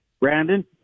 Brandon